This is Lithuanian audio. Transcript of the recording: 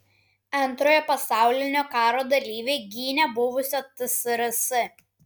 antrojo pasaulinio karo dalyviai gynė buvusią tsrs